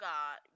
God